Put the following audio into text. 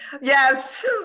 Yes